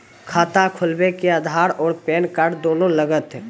खाता खोलबे मे आधार और पेन कार्ड दोनों लागत?